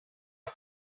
all